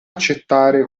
accettare